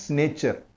nature